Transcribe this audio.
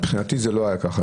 מבחינתי זה לא היה ככה.